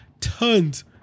tons